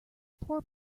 poor